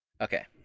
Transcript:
Okay